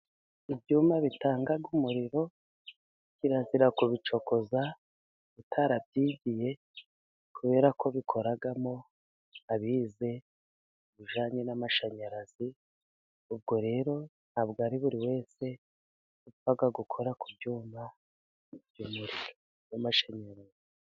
Ibyuma bitanga umuriro kirazira kubicokoza utarabyigiye, kubera ko bikoramo abize ibijyanye n'amashanyarazi, ubwo rero ntabwo ari buri wese upfa gukora ku byuma by'umuriro w'amashanyarazi.